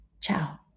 Ciao